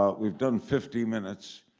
ah we've done fifty minutes.